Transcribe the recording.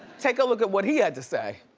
take a look at what he had to say.